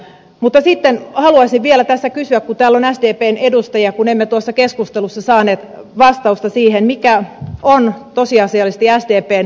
mutta sitten haluaisin vielä tässä kysyä kun täällä on sdpn edustajia kun emme tuossa keskustelussa saaneet vastausta siihen mikä on tosiasiallisesti sdpn kanta ekologiseen verouudistukseen